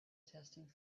testing